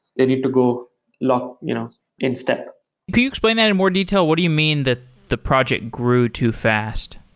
they need to go locked you know instead can you explain that in more detail? what do you mean that the project grew too fast?